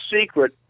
secret